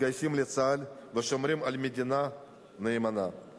מתגייסים לצה"ל ושומרים נאמנה על המדינה.